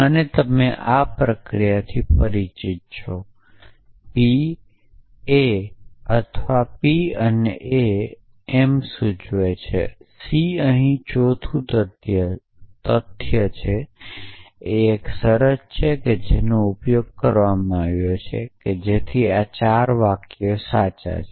અને તમે આ પ્રક્રિયાથી પરિચિત છો p a અથવા a અને m સૂચવે છે c અહીં ચોથું તથ્ય છે એ એક શરત છે જેનો ઉપયોગ કરવામાં આવ્યો છે કે જેથી આ 4 વાક્યો સાચા છે